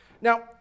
Now